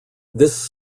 this